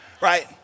right